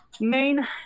main